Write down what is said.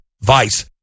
Vice